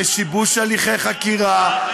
בשיבוש הליכי חקירה,